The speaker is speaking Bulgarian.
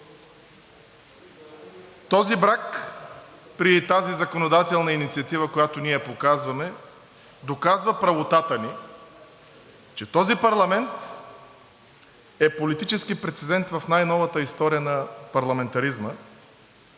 Този брак при тази законодателна инициатива, която ние показваме, доказва правотата, че този парламент е политически прецедент в най-новата история на парламентаризма.